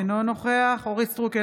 אינו נוכח אורית מלכה סטרוק,